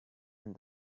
and